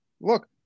Look